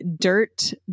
Dirt